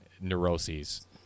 neuroses